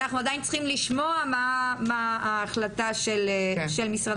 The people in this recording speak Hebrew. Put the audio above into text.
אנחנו עדיין צריכים לשמוע מה ההחלטה של משרד המשפטים בעניין הזה.